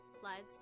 floods